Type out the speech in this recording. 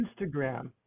Instagram